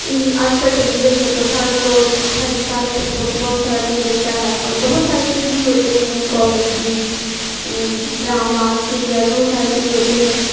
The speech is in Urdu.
آج کل ٹیلی ویژن میں تو ہر لوگ ہر انسان ہی سب بہت سارا چیز دیکھتا ہے اور بہت ساری چیز بھی ہوتے ہیں کامیڈی ڈرامہ سیریل بہت ساری چیز ہوتے ہیں